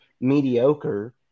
mediocre